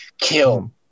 kill